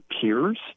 peers